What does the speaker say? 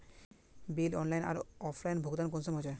Bill online आर offline भुगतान कुंसम होचे?